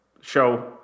show